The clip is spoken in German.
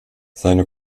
seine